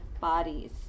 bodies